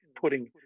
putting